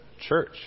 church